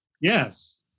Yes